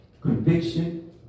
conviction